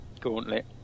gauntlet